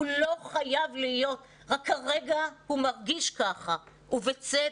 הוא לא חייב להיות, רק כרגע הוא מרגיש כך, ובצדק.